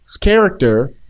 Character